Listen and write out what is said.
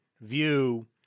view